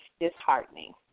disheartening